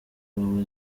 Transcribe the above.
wawe